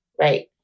Right